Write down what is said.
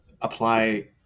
apply